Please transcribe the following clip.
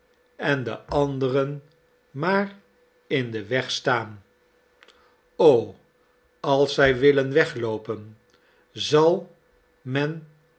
en de anderen maar in den weg staan o als zij willen wegloopen zal men